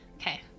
Okay